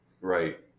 right